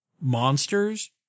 monsters